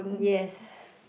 yes